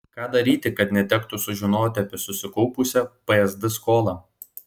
ką daryti kad netektų sužinoti apie susikaupusią psd skolą